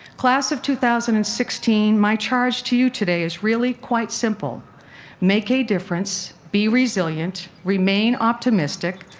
class of two thousand and sixteen my charge to you today is really quite simple make a difference, be resilient, remain optimistic,